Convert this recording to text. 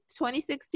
2016